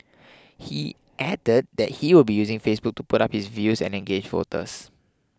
he added that he will be using Facebook to put up his views and engage voters